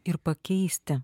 ir pakeisti